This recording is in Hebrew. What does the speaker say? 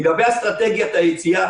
לגבי אסטרטגיית היציאה